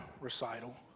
recital